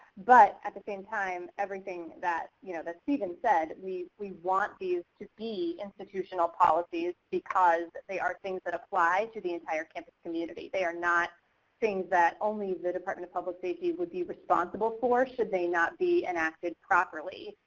but, at the same time, everything that you know steven said, we we want these to be institutional policies because they are things that apply to the entire campus community. they are not things that only the department of public safety would be responsible for should they not be enacted properly.